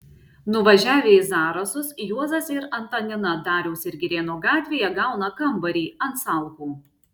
nuvažiavę į zarasus juozas ir antanina dariaus ir girėno gatvėje gauna kambarį ant salkų